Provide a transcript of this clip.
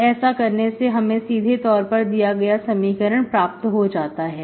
और ऐसा करने से हमें सीधे तौर पर दिया गया समीकरण प्राप्त हो जाता है